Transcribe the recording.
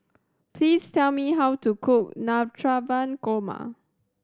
please tell me how to cook Navratan Korma